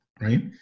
right